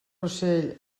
ocell